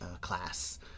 class